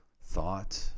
thought